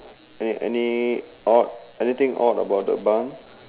any any odd anything odd about the bar